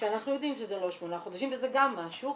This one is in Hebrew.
שאנחנו יודעים שזה לא שמונה חודשים וזה גם משהו.